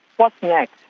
what's next?